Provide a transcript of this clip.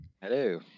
Hello